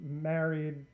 married